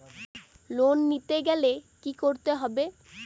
Loan নিতে গেলে কি করতে হবে?